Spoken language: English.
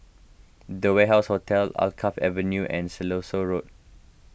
the Warehouse Hotel Alkaff Avenue and Siloso Road